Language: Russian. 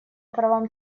правам